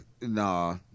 Nah